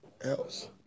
else